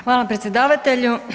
Hvala predsjedavatelju.